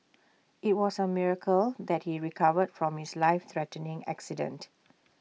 IT was A miracle that he recovered from his life threatening accident